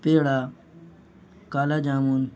پیڑا کالا جامن